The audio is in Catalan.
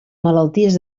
malalties